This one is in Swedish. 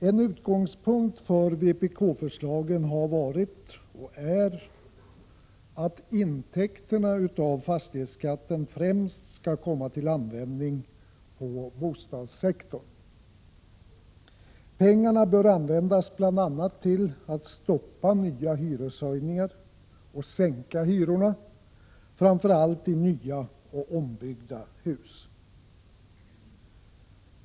En utgångspunkt för vpk-förslagen har varit, och är, att intäkterna av fastighetsskatten främst skall komma till användning inom bostadssektorn. Pengarna bör användas bl.a. till att stoppa nya hyreshöjningar och till att sänka hyrorna, framför allt i nya och i ombyggda hus.